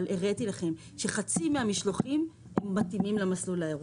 אבל הראיתי לכם שחצי מהמשלוחים מתאימים למסלול האירופי.